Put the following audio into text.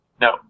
No